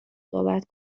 صحبت